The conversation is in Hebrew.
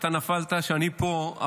שאתה נפלת שאני פה,